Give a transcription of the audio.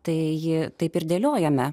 tai ji taip ir dėliojame